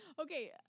okay